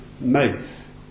mouth